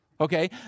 Okay